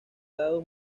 dado